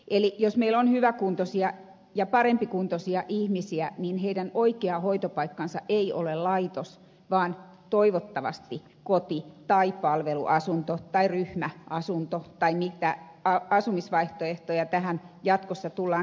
eli jos meillä on hyväkuntoisia ja parempikuntoisia ihmisiä niin heidän oikea hoitopaikkansa ei ole laitos vaan toivottavasti koti tai palveluasunto tai ryhmäasunto tai mitä asumisvaihtoehtoja tähän jatkossa tullaan kehittämäänkään